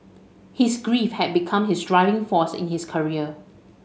his grief had become his driving force in his career